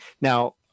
now